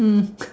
mm